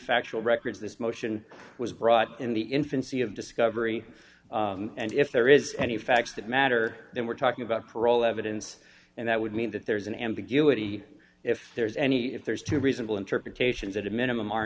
factual record this motion was brought in the infancy of discovery and if there is any facts that matter then we're talking about parole evidence and that would mean that there's an ambiguity if there is any if there's two reasonable interpretations at a minimum